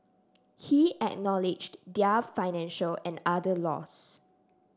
he acknowledged their financial and other loss